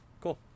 Cool